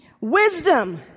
Wisdom